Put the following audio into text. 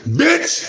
bitch